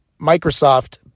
Microsoft